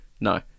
No